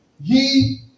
ye